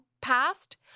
passed